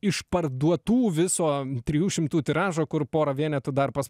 išparduotų viso trijų šimtų tiražo kur pora vienetų dar pas